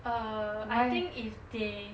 err I think if they